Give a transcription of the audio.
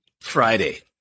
friday